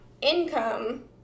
income